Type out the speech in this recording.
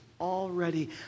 already